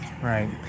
Right